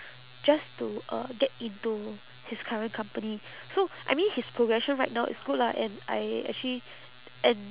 just to uh get into his current company so I mean his progression right now is good lah and I actually and